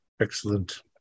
Excellent